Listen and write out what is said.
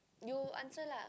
you answer lah